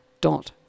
dot